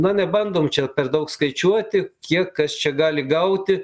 na nebandom čia per daug skaičiuoti kiek kas čia gali gauti